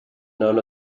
known